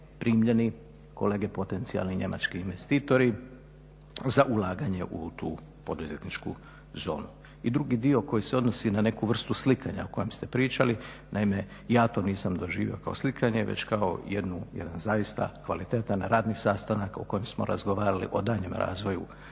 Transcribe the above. primljeni kolege potencijalni njemački investitori za ulaganje u tu poduzetničku zonu. I drugi dio koji se odnosi na neku vrstu slikanja o kojem ste pričali, naime ja to nisam doživio kao slikanje već kao jedan zaista kvalitetan radni sastanak o kojem smo razgovarali o daljnjem razvoju